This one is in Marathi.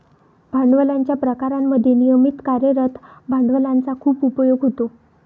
भांडवलाच्या प्रकारांमध्ये नियमित कार्यरत भांडवलाचा खूप उपयोग होतो